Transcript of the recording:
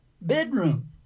bedroom